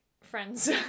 friends